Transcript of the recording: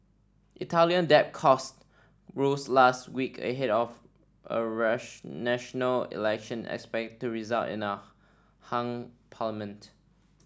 Italian debt costs rose last week ahead of a national election expected to result in a hung